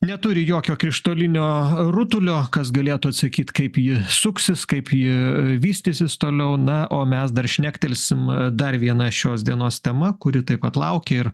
neturi jokio krištolinio rutulio kas galėtų atsakyt kaip ji suksis kaip ji vystysis toliau na o mes dar šnektelsim dar viena šios dienos tema kuri taip pat laukia ir